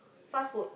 fast food